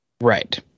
Right